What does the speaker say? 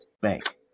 bank